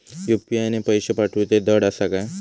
UPI ने पैशे पाठवूचे धड आसा काय?